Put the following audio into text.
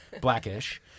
Blackish